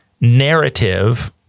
narrative